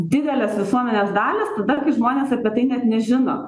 didelės visuomenės dalys tada kai žmonės apie tai net nežino